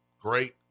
great